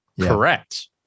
Correct